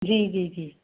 जी जी जी